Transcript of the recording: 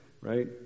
right